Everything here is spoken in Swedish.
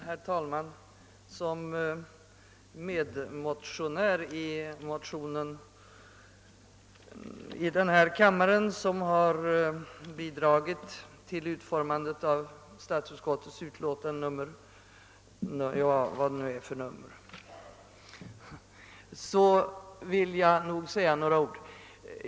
Herr talman! Som medmotionär i motionen II: 1259, som bidragit till utformandet av statsutskottets utlåtande nr 195, vill jag säga några ord.